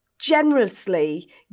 Generously